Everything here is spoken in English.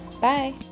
Bye